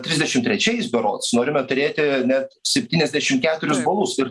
trisdešimt trečiais berods norime turėti net septyniasdešimt keturis balus ir